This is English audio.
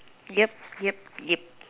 yep yep yep